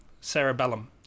Cerebellum